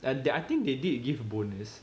th~ I think they did give a bonus